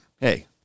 hey